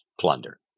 plunder